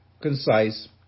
concise